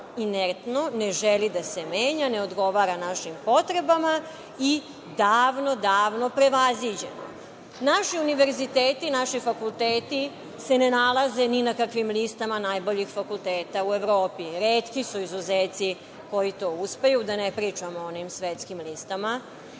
inertno, ne želi da se menja, ne odgovara našim potrebama i davno, davno, prevaziđeno. Naši univerziteti, naši fakulteti se ne nalaze ni na kakvim listama najboljih fakulteta u Evropi. Retki su izuzeci koji to uspeju, da ne pričam o onim svetskim listama.